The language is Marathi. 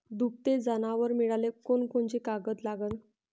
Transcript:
दुभते जनावरं मिळाले कोनकोनचे कागद लागन?